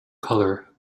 color